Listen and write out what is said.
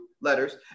letters